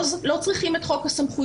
לא צריכים את חוק הסמכויות,